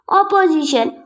opposition